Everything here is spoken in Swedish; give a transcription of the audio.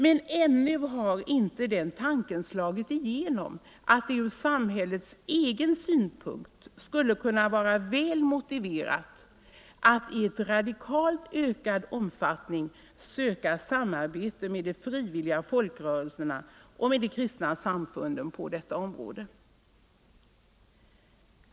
Men ännu har inte den tanken slagit igenom att det ur samhällets egen synpunkt skulle kunna vara väl motiverat att i radikalt ökad omfattning söka samarbete med de frivilliga folkrörelserna och med de kristna samfunden på detta område.